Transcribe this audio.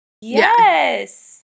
yes